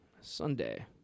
Sunday